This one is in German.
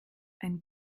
ein